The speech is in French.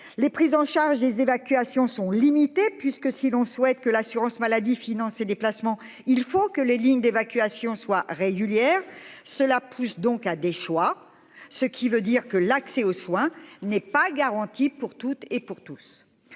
Les prises en charge des évacuations sont limités puisque si l'on souhaite que l'assurance maladie financée déplacements. Il faut que les lignes d'évacuation soient régulières. Cela pousse donc à des choix. Ce qui veut dire que l'accès aux soins n'est pas garanti pour toutes et pour tous.